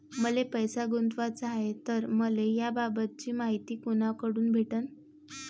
मले पैसा गुंतवाचा हाय तर मले याबाबतीची मायती कुनाकडून भेटन?